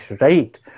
right